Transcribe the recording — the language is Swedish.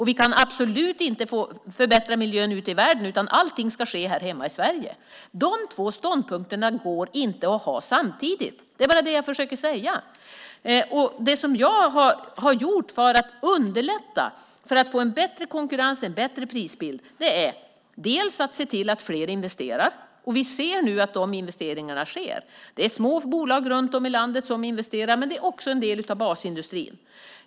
Vi kan absolut inte förbättra miljön i världen, utan allting ska ske här hemma i Sverige. De två ståndpunkterna går inte att ha samtidigt. Det är bara det jag försöker säga. Det som jag har gjort för att underlätta för att få en bättre konkurrens och en bättre prisbild är att se till att fler investerar. Vi ser nu att de investeringarna sker. Det är små bolag runt om i landet som investerar. Men det är också en del av basindustrin.